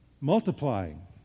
Multiplying